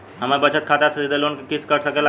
हमरे बचत खाते से सीधे लोन क किस्त कट सकेला का?